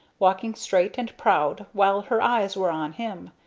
walking straight and proud while her eyes were on him,